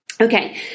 Okay